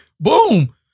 Boom